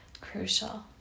crucial